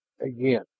again